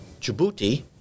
Djibouti